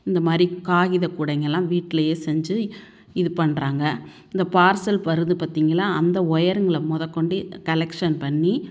இந்த மாதிரி காகிதக் கூடைகள்லாம் வீட்லேயே செஞ்சு இது பண்ணுறாங்க இந்த பார்சல் வருது பார்த்தீங்களா அந்த ஒயருகள முதக்கொண்டு கலெக்ஷன் பண்ணி